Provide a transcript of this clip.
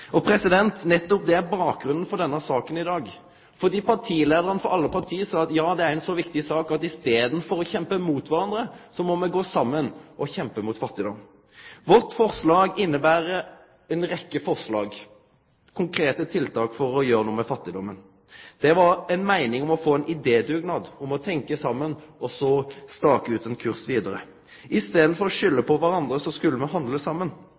Nettopp det er bakgrunnen for denne saka i dag, fordi partileiarane for alle partia sa at ja, det er ei så viktig sak at i staden for å kjempe mot kvarandre må me gå saman og kjempe mot fattigdom. Vårt forslag inneber ei rekkje konkrete tiltak for å gjere noko med fattigdomen. Det var ei meining om å få ein idédugnad, å tenkje saman og så stake ut ein kurs vidare. I staden for å skulde på kvarandre skulle me handle saman.